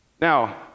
Now